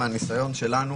מהניסיון שלנו